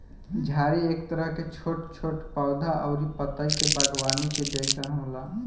झाड़ी एक तरह के छोट छोट पौधा अउरी पतई के बागवानी के जइसन होला